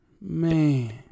Man